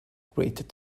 created